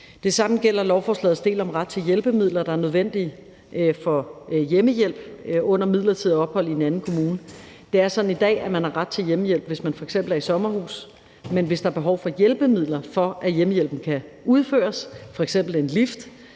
Det samme gælder lovforslagets del om ret til hjælpemidler, der er nødvendige for hjemmehjælp under midlertidige ophold i en anden kommune. Det er sådan i dag, at man har ret til hjemmehjælp, hvis man f.eks. er i sommerhus. Men hvis der er behov for hjælpemidler, for at hjemmehjælpen kan udføres, f.eks. en lift,